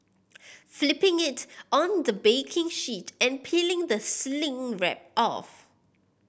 flipping it on the baking sheet and peeling the cling wrap off